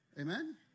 amen